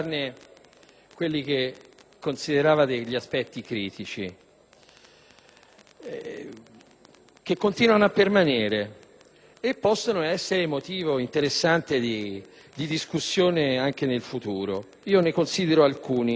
quelli che considerava aspetti critici, che continuano a permanere e possono essere motivo interessante di discussione anche nel futuro. Ne considererò alcuni.